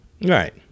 right